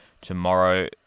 Tomorrow